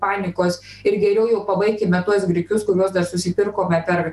panikos ir geriau jau pabaikime tuos grikius kuriuos dar susipirkome per